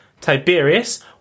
Tiberius